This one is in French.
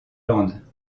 landes